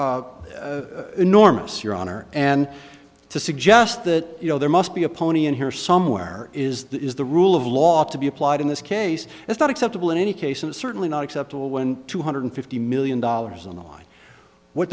are enormous your honor and to suggest that you know there must be a pony in here somewhere is that is the rule of law to be applied in this case it's not acceptable in any case and certainly not acceptable when two hundred fifty million dollars on the line w